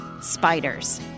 spiders